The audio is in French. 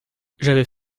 j’avais